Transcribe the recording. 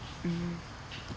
mmhmm